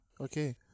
Okay